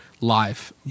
life